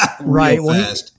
Right